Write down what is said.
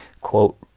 quote